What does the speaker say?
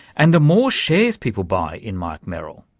and the more shares people buy in mike merrill,